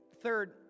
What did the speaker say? Third